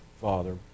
father